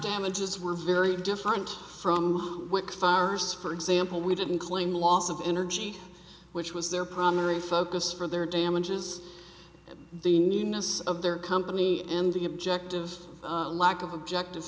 damages were very different from what fires for example we didn't claim loss of energy which was their primary focus for their damages the newness of their company and the objective lack of objective